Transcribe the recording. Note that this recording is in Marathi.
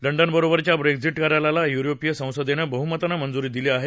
लंडनबरोबरच्या ब्रेग्झिट कराराला युरोपीय संसदेनं बहमतानं मंजुरी दिली आहे